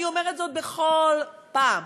אני אומרת זאת בכל פעם,